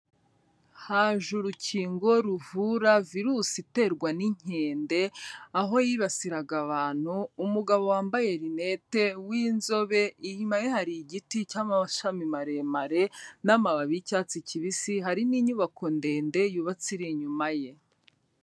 Haje urukingo ruvura virusi iterwa n'inkende aho yibasiraga abantu, umugabo wambaye rinete w'inzobe, inyuma ye hari igiti cy'amashami maremare n'amababi y'icyatsi kibisi, hari n'inyubako ndende yubatse iri inyuma ye.